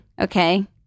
Okay